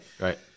Right